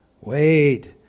Wait